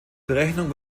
berechnung